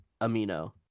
Amino